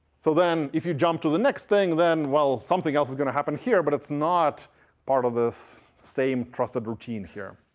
so then if you jump to the next thing, then, well, something else is going to happen here. but it's not part of this same trusted routine here.